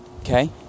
Okay